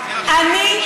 אני,